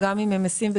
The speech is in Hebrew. נשים מה שלא,